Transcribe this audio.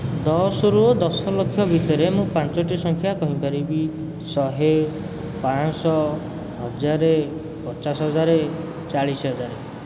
ଦଶରୁ ଦଶଲକ୍ଷ ମଧ୍ୟରେ ମୁଁ ପାଞ୍ଚଟି ସଂଖ୍ୟା କହିପାରିବି ଶହେ ପାଁଶ ହଜାର ପଚାଶ ହଜାର ଚାଳିଶ ହଜାର